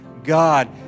God